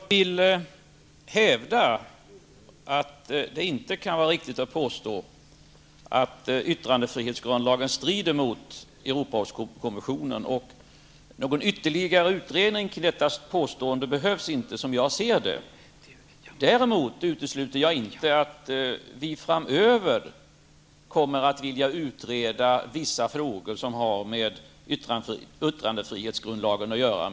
Fru talman! Jag vill hävda att det inte kan vara riktigt att påstå att yttrandefrihetsgrundlagen strider mot Europarådskonventionen, och någon ytterligare utredning kring detta påstående behövs, som jag ser det, heller inte. Däremot utesluter jag inte att vi framöver kommer att vilja utreda vissa frågor som har med yttrandefrihetsgrundlagen att göra.